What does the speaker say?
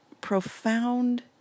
profound